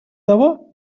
того